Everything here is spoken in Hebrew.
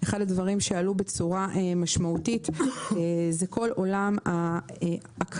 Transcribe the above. אחד הדברים שעלו בצורה משמעותית היה כל עולם ההכרה